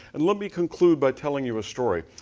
and let me conclude by telling you a story.